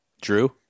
Drew